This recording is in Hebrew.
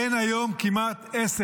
כמעט אין היום עסק,